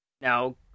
now